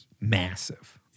massive